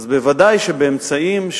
אז ודאי שבאמצעים,